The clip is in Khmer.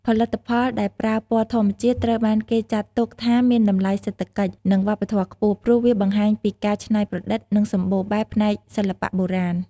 ផលិតផលដែលប្រើពណ៌ធម្មជាតិ ត្រូវបានគេចាត់ទុកថាមានតម្លៃសេដ្ឋកិច្ច និងវប្បធម៌ខ្ពស់ ព្រោះវាបង្ហាញពីការច្នៃប្រឌិត និងសម្បូរបែបផ្នែកសិល្បៈបុរាណ។